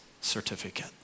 certificate